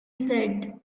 said